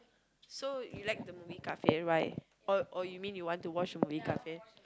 so you like the movie Garfield right or or you mean you want to watch the movie Garfield